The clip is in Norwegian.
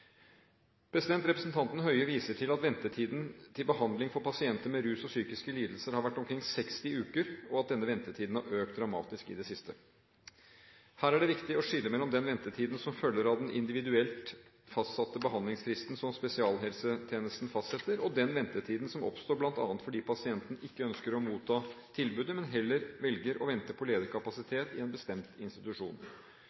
Representanten Høie viser til at ventetiden til behandling for pasienter med rusrelaterte og psykiske lidelser har vært omkring 60 uker, og at denne ventetiden har økt dramatisk i det siste. Her er det viktig å skille mellom den ventetiden som følger av den individuelt fastsatte behandlingsfristen som spesialisthelsetjenesten fastsetter, og den ventetiden som oppstår bl.a. fordi pasienten ikke ønsker å motta tilbudet, men heller velger å vente på